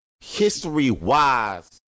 history-wise